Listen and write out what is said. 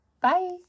Bye